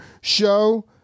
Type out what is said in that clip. show